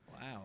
Wow